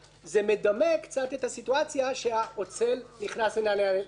זה מדמה קצת את המצב שהאוצל נכנס לנאצל.